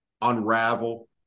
unravel